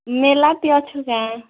ମେଲାଠି ଅଛୁଁ କେଁ